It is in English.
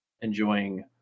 enjoying